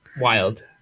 wild